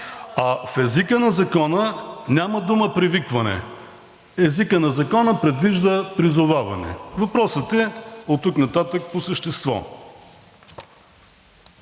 а в езика на закона няма дума привикване, езикът на закона предвижда призоваване, въпросът е оттук нататък по същество.